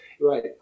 Right